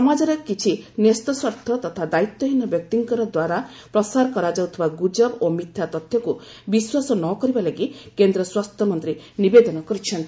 ସମାଜର କିଛି ନ୍ୟସ୍ତ ସ୍ୱାର୍ଥ ତଥା ଦାୟିତ୍ୱହୀନ ବ୍ୟକ୍ତିଙ୍କର ଦ୍ୱାରା ପ୍ରସାର କରାଯାଉଥିବା ଗୁଜବ ଓ ମିଥ୍ୟା ତଥ୍ୟକୁ ବିଶ୍ୱାସ ନ କରିବା ଲାଗି କେନ୍ଦ୍ର ସ୍ନାସ୍ଥ୍ୟ ମନ୍ତ୍ରୀ ନିବେଦନ କରିଛନ୍ତି